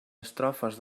estrofes